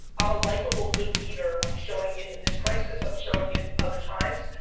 i'm a likable, good leader. i'm showing it in this crisis, i'm showing it other times.